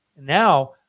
Now